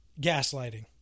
gaslighting